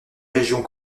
régions